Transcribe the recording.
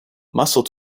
muscle